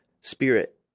Spirit